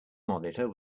monitor